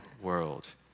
world